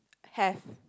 have